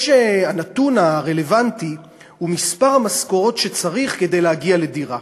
הנתון הרלוונטי הוא מספר המשכורות שצריך כדי להגיע לדירה.